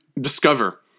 discover